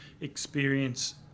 experience